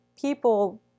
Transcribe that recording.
people